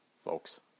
folks